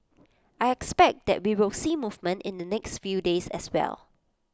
I expect that we will see movement in the next few days as well